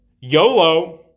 Yolo